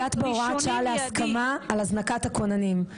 הגעת בהוראת שעה להסכמה על הזנקת הכוננים,